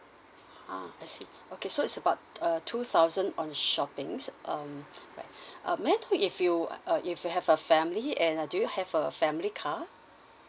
ha I see okay so it's about uh two thousand on shopping's um right um may I know if you uh if you have a family and uh do you have a family car